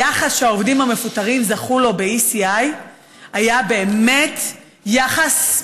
היחס שהעובדים המפוטרים זכו לו ב-ECI היה באמת יחס,